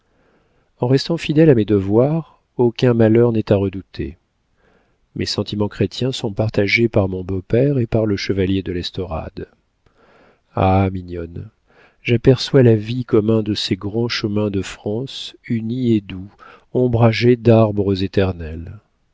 en restant fidèle à mes devoirs aucun malheur n'est à redouter mes sentiments chrétiens sont partagés par mon beau-père et par le chevalier de l'estorade ah mignonne j'aperçois la vie comme un de ces grands chemins de france unis et doux ombragés d'arbres éternels